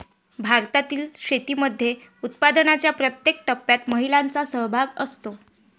भारतातील शेतीमध्ये उत्पादनाच्या प्रत्येक टप्प्यात महिलांचा सहभाग असतो